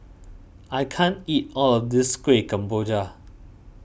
I can't eat all of this Kueh Kemboja